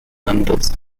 numbers